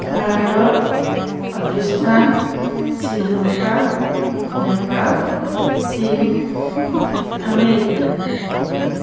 ভাৰত পাকিস্তান শ্ৰীলংকা নেপাল চীন আমেৰিকা